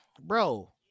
bro